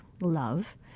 love